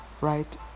right